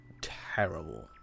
terrible